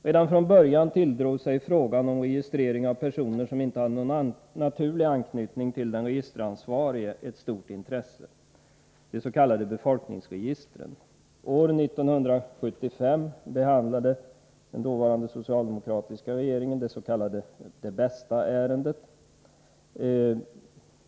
Redan från början tilldrog sig frågan om registrering av personer som inte hade någon naturlig anknytning till den registeransvarige ett stort intresse — jag syftar på det som kallas befolkningsregistren. År 1975 behandlade den dåvarande socialdemokratiska regeringen det s.k. Det Bästa-ärendet.